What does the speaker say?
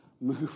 move